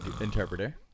interpreter